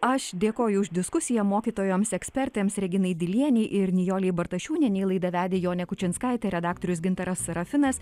aš dėkoju už diskusiją mokytojoms ekspertėms reginai dilienei ir nijolei bartašiūnienei laidą vedė jonė kučinskaitė redaktorius gintaras serafinas